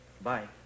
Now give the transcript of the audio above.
Bye